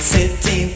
City